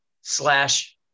slash